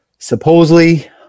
supposedly